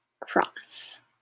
Cross